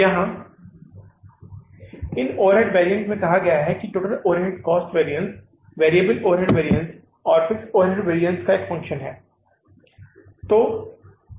यहाँ इन overhead variants में कहा गया है total overhead cost variation variable overhead variance और फिक्स्ड ओवरहेड वेरिएंट का फंक्शन है